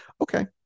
Okay